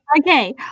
Okay